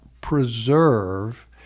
preserve